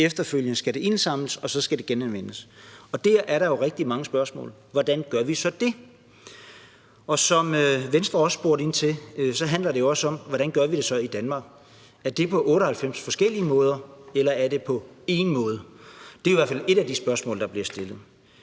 og efterfølgende skal det indsamles, og så skal det genanvendes. Der er der jo rigtig mange spørgsmål til, hvordan vi så gør det. Som Venstres ordfører også spurgte ind til, handler det om, hvordan vi så skal gøre det i Danmark. Skal det være på 98 forskellige måder eller på 1 måde? Det er i hvert fald et af de spørgsmål, der bliver stillet.